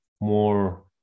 more